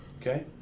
Okay